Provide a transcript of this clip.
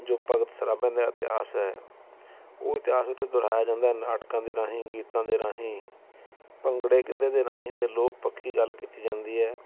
ਜੋ ਭਗਤ ਸਰਾਭਿਆਂ ਦਾ ਇਤਿਹਾਸ ਹੈ ਉਹ ਇਤਿਹਾਸ ਉੱਥੇ ਦੁਹਰਾਇਆ ਜਾਂਦਾ ਨਾਟਕਾਂ ਦੇ ਰਾਹੀਂ ਗੀਤਾਂ ਦੇ ਰਾਹੀਂ ਭੰਗੜੇ ਗਿੱਧੇ ਦੇ ਰਾਹੀਂ ਅਤੇ ਲੋਕ ਪੱਖੀ ਗੱਲ ਕੀਤੀ ਜਾਂਦੀ ਹੈ